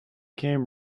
came